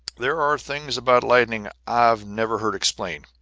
there are things about lightning i've never heard explained.